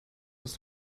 aus